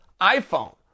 iPhone